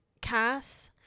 cass